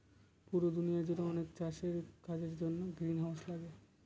পুরো দুনিয়া জুড়ে অনেক চাষের কাজের জন্য গ্রিনহাউস লাগে